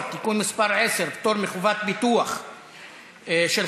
15, אין מתנגדים, נמנע אחד.